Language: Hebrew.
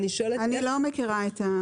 אני לא מכירה.